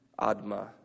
Adma